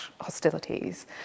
hostilities